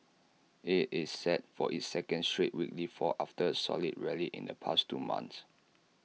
IT is set for its second straight weekly fall after A solid rally in the past two months